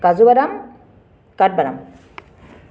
কাজুবাদাম কাঠবাদাম